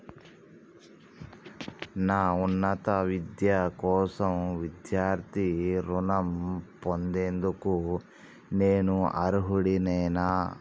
నా ఉన్నత విద్య కోసం విద్యార్థి రుణం పొందేందుకు నేను అర్హుడినేనా?